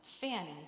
Fanny